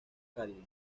cálidos